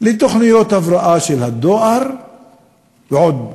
לתוכניות הבראה של הדואר ועוד כאלה.